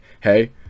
Hey